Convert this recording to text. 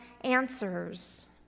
answers